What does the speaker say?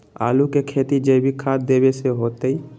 आलु के खेती जैविक खाध देवे से होतई?